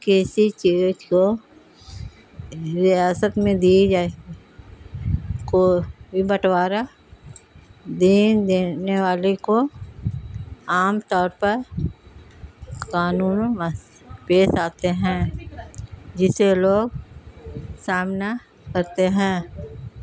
کسی چیز کو ریاست میں دی جائے کو بٹوارہ دین دینے والی کو عام طور پر قانون مس پیش آتے ہیں جسے لوگ سامنا کرتے ہیں